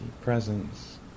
presence